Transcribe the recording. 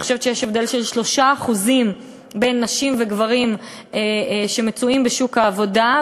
אני חושבת שיש הבדל של 3% בין נשים וגברים בשוק העבודה,